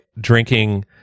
drinking